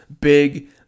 big